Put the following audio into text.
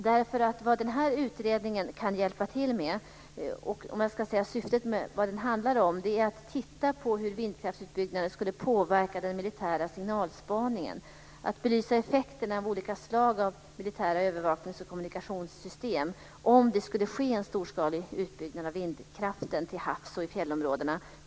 Syftet med utredningen är att den ska se över hur vindkraftsutbyggnaden skulle påverka den militära signalspaningen och belysa effekterna på olika slag av militära övervaknings och kommunikationssystem, om det nu skulle ske en storskalig utbyggnad av vindkraften, framför allt till havs och i fjällområdena.